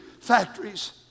factories